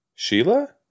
Sheila